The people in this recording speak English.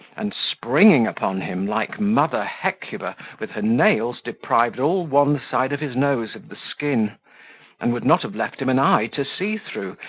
and springing upon him, like mother hecuba, with her nails deprived all one side of his nose of the skin and would not have left him an eye to see through,